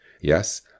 Yes